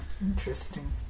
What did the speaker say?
Interesting